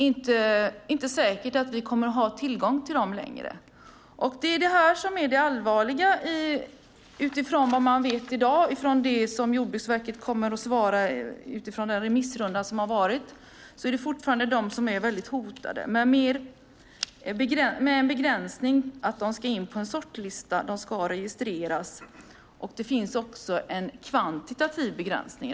Det är det som är det allvarliga när det gäller det som vi i dag vet om vad Jordbruksverket kommer att svara efter den remissrunda som har varit. Det är fortfarande de som är hotade med begränsningen att de ska in på en sortlista. De ska registreras. Det finns också en kvantitativ begränsning.